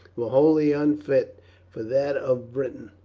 were wholly unfit for that of britain.